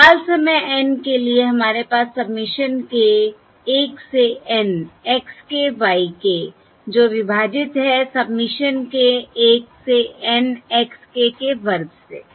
तत्काल समय N के लिए हमारे पास सबमिशन k 1 से N x k y k जो विभाजित है सबमिशन k 1 से N x k के वर्ग से